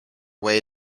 way